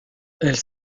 elles